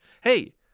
Hey